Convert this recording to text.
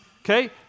okay